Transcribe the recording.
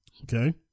Okay